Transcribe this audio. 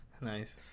Nice